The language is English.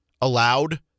allowed